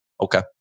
okay